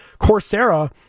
Coursera